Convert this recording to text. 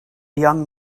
young